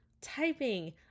typing